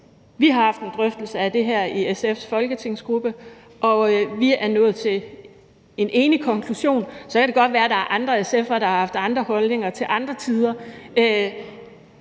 Vi har haft en drøftelse af det her i SF's folketingsgruppe, og vi er nået til en enig konklusion. Så kan det godt være, at der er andre SF'ere, der har haft andre holdninger til andre tider.